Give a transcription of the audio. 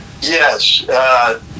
Yes